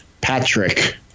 Patrick